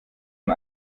ein